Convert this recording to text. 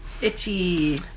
Itchy